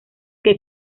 que